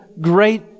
great